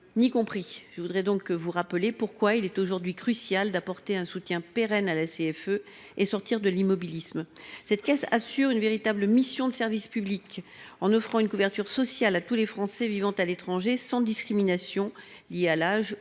ni compris. Je voudrais donc vous rappeler pourquoi il est aujourd’hui crucial d’apporter un soutien pérenne à la CFE et de sortir de l’immobilisme. Cette caisse assure une véritable mission de service public en offrant une couverture sociale à tous les Français vivant à l’étranger, sans discrimination liée à l’âge ou